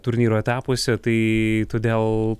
turnyro etapuose tai todėl